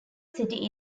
city